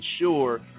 ensure